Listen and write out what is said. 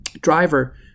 driver